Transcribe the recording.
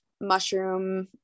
mushroom